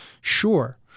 Sure